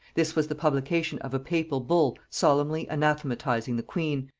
this was the publication of a papal bull solemnly anathematizing the queen,